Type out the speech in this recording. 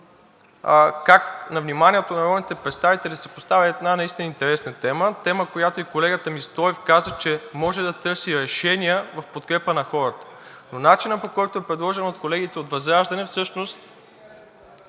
как на вниманието на народните представители се поставя една наистина интересна тема, тема, която и колегата ми Стоев каза, че може да търси решения в подкрепа на хората. Но начинът, по който е предложен от колегите от ВЪЗРАЖДАНЕ, всъщност е